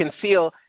conceal